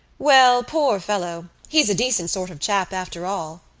well, poor fellow, he's a decent sort of chap, after all,